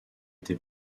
été